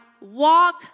walk